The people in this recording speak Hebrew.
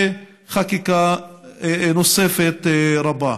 וחקיקה נוספת רבה.